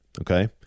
Okay